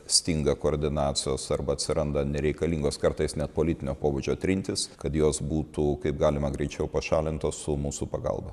stinga koordinacijos arba atsiranda nereikalingos kartais net politinio pobūdžio trintys kad jos būtų kaip galima greičiau pašalintos su mūsų pagalba